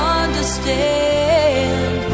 understand